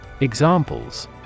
Examples